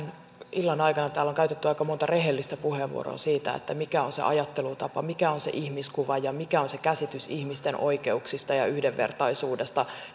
illan aikana täällä on käytetty aika monta rehellistä puheenvuoroa siitä mikä on se ajattelutapa mikä on se ihmiskuva ja mikä on se käsitys ihmisten oikeuksista ja ja yhdenvertaisuudesta